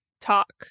talk